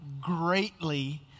greatly